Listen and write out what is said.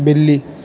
بلی